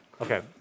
Okay